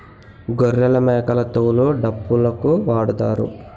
గొర్రెలమేకల తోలు డప్పులుకు వాడుతారు